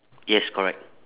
yes correct